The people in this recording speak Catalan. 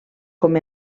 com